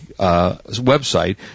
website